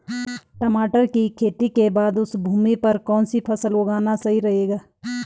टमाटर की खेती के बाद उस भूमि पर कौन सी फसल उगाना सही रहेगा?